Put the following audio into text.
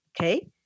okay